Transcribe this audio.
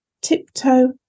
Tiptoe